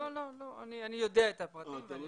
לא, אני יודע את הפרטים.